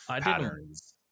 patterns